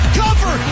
cover